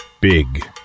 Big